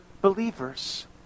believers